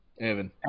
Evan